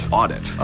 audit